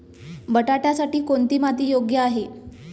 बटाट्यासाठी कोणती माती योग्य आहे?